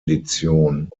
edition